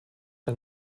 der